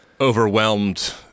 overwhelmed